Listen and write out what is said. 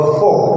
four